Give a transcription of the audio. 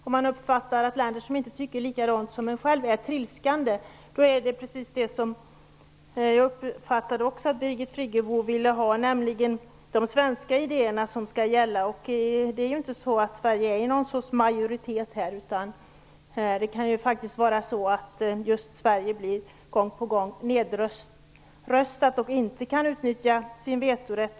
Om man uppfattar det så att länder som inte tycker likadant som en själv är trilskande, så vill man ju, precis som jag uppfattade att Birgit Friggebo gjorde, att det är de svenska idéerna som skall gälla. Sverige är ju inte i någon sorts majoritet, utan det kan ju faktiskt vara så att just Sverige gång på gång blir nedröstat utan att kunna utnyttja sin vetorätt.